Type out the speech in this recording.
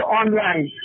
online